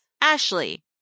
Ashley